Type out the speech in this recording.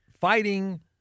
fighting